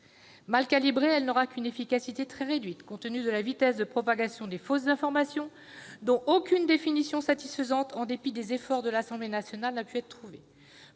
Mal calibrée, celle-ci n'aura qu'une efficacité très réduite, compte tenu de la vitesse de propagation des fausses informations dont aucune définition satisfaisante, en dépit des efforts de l'Assemblée nationale, n'a pu être trouvée.